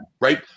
right